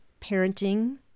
parenting